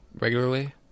regularly